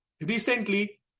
recently